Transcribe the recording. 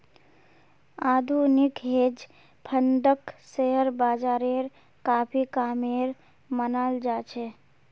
आधुनिक हेज फंडक शेयर बाजारेर काफी कामेर मनाल जा छे